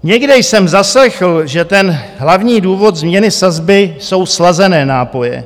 Někde jsem zaslechl, že ten hlavní důvod změny sazby jsou slazené nápoje.